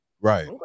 Right